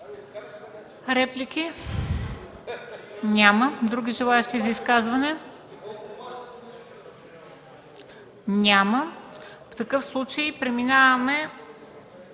Реплики? Няма. Други желаещи за изказвания? Няма. В такъв случай преминаване